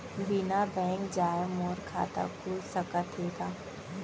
बिना बैंक जाए मोर खाता खुल सकथे का?